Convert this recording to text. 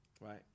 right